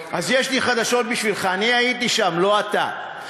אז יש לי חדשות בשבילך: אני הייתי שם, לא אתה.